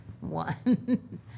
one